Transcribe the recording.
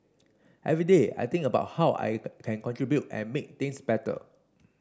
every day I think about how I can contribute and make things better